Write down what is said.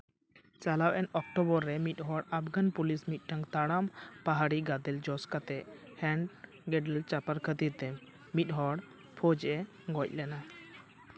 ᱪᱟᱞᱟᱣᱮᱱ ᱚᱠᱴᱳᱵᱚᱨ ᱨᱮ ᱢᱤᱫ ᱦᱚᱲ ᱟᱯᱷᱜᱟᱱ ᱯᱩᱞᱤᱥ ᱢᱤᱫᱴᱟᱝ ᱛᱟᱲᱟᱢ ᱯᱟᱦᱟᱲᱤ ᱜᱟᱫᱮᱞ ᱡᱚᱥ ᱠᱟᱛᱮᱫ ᱦᱮᱱᱰ ᱜᱨᱮᱰᱮᱞ ᱪᱟᱯᱟᱫ ᱠᱷᱟᱹᱛᱤᱨ ᱛᱮ ᱢᱤᱫ ᱦᱚᱲ ᱯᱷᱳᱡᱮ ᱜᱚᱡ ᱞᱮᱱᱟ